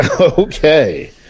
Okay